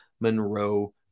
Monroe